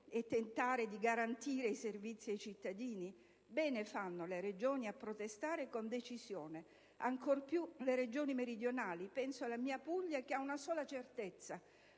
a tentare di garantire i servizi ai cittadini? Bene fanno le Regioni a protestare con decisione, ancor più le Regioni meridionali. Penso alla mia Puglia, che ha una sola certezza: